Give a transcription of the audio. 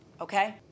okay